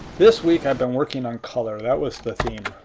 this week i've been working on color. that was the theme.